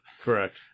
Correct